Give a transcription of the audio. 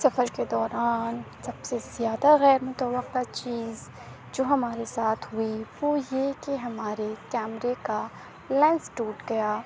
سفر کے دوران سب سے زیادہ غیر متوقع چیز جو ہمارے ساتھ ہوئی وہ یہ کہ ہمارے کیمرے کا لینس ٹوٹ گیا